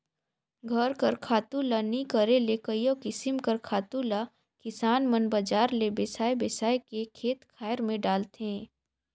घर कर खातू ल नी करे ले कइयो किसिम कर खातु ल किसान मन बजार ले बेसाए बेसाए के खेत खाएर में डालथें